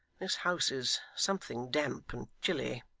this house is something damp and chilly